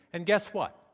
and guess what?